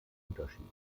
unterschied